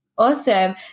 Awesome